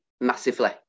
Massively